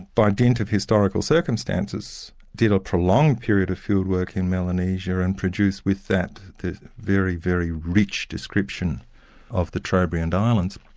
by dint of historical circumstances, did a prolonged period of field work in melanesia, and produced with that very, very leached description of the trobriand islands.